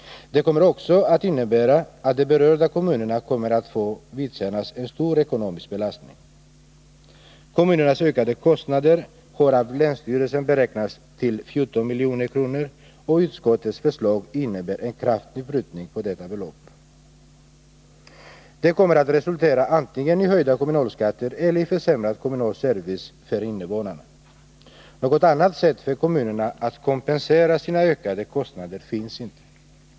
Det kommer också att innebära att de berörda kommunerna kommer att få vidkännas en stor ekonomisk belastning. Kommunernas ökade kostnader har av länsstyrelsen beräknats till 14 milj.kr., och utskottets förslag innebär en kraftig prutning av detta belopp. Det kommer att resultera antingen i höjda kommunalskatter eller i försämrad kommunal service för invånarna. Något annat sätt för kommunerna att kompensera sig för sina kostnadsökningar finns inte.